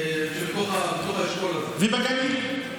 ובגליל?